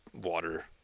water